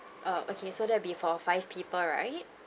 oh okay so that'll be for five people right